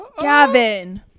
Gavin